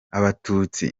abatutsi